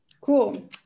Cool